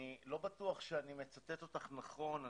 אני לא בטוח שאני מצטט אותך נכון,